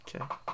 Okay